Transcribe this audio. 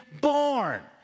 born